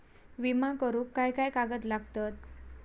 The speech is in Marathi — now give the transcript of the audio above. विमा करुक काय काय कागद लागतत?